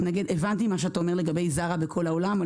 הבנתי את מה שאתה אומר לגבי זארה וכל העולם,